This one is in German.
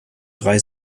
drei